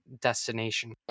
destination